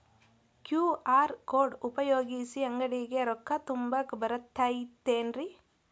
QR code ಉಪಯೋಗಿಸಿ, ಅಂಗಡಿಗೆ ರೊಕ್ಕಾ ತುಂಬಾಕ್ ಬರತೈತೇನ್ರೇ?